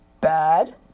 Bad